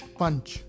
punch